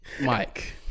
Mike